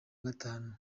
gatanu